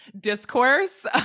discourse